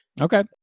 okay